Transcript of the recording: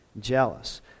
jealous